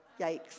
yikes